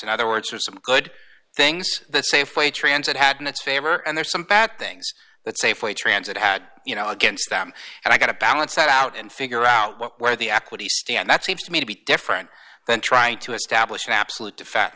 in other words are some good things that safeway transit had in its favor and there's some bad things that safeway transit had you know against them and i got to balance that out and figure out what where the equity stand that seems to me to be different than try to establish an absolute fact